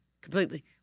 Completely